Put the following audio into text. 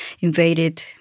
invaded